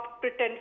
pretend